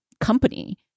company